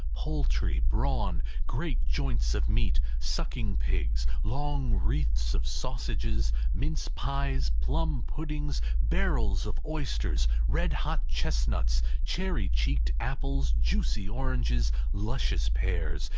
poultry, brawn, great joints of meat, sucking-pigs, long wreaths of sausages, mince-pies, plum-puddings, barrels of oysters, red-hot chestnuts, cherry-cheeked apples, juicy oranges, luscious pears,